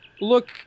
look